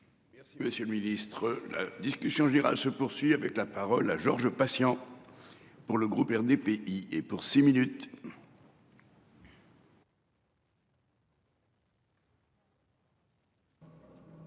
Merci monsieur le ministre la discussion générale se poursuit avec la parole à Georges Patient. Pour le groupe RDPI et pour six minutes.